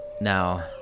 Now